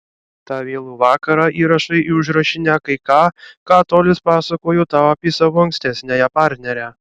tą vėlų vakarą įrašai į užrašinę kai ką ką tolis pasakojo tau apie savo ankstesniąją partnerę